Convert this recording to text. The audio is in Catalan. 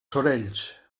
sorells